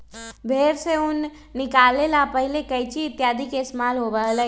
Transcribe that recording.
भेंड़ से ऊन निकाले ला पहले कैंची इत्यादि के इस्तेमाल होबा हलय